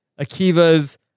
Akiva's